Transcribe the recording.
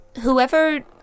whoever